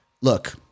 look